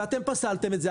ואתם פסלתם את זה.